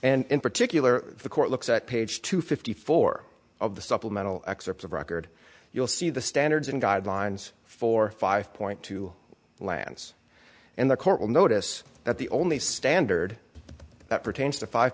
and in particular the court looks at page two fifty four of the supplemental excerpts of record you'll see the standards and guidelines for five point two lands and the court will notice that the only standard that pertains to five